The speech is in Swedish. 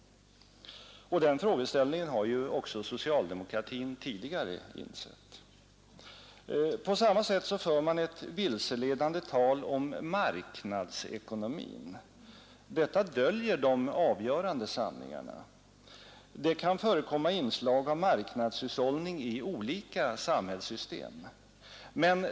Den frågeställningen har ju också socialdemokratin tidigare insett. På samma sätt för man ett vilseledande tal om marknadsekonomin. Detta döljer de avgörande sanningarna. Det kan förekomma inslag av marknadshushållning i olika samhällssystem.